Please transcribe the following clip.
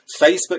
Facebook